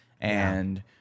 and-